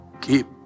keep